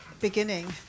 beginning